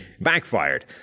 backfired